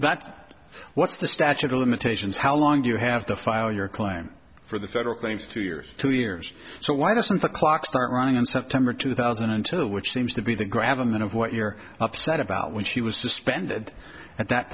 that's what's the statute of limitations how long do you have to file your claim for the federal claims two years two years so why doesn't the clock start running in september two thousand and two which seems to be the grab them and of what you're upset about when she was suspended at that